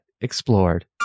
explored